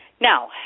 now